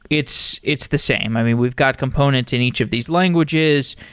it's it's the same. i mean, we've got components in each of these languages.